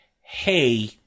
hey